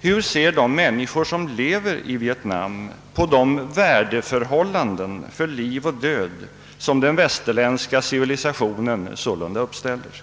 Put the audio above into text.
Hur ser de människor som lever i Vietnam på de värdeförhållanden för liv och död, som den västerländska civilisationen sålunda uppställer?